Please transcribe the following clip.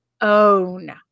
own